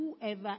whoever